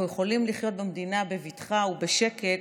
אנחנו יכולים לחיות במדינה בבטחה ובשקט